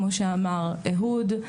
כמו שאמר אהוד,